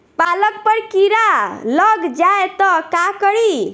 पालक पर कीड़ा लग जाए त का करी?